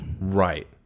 right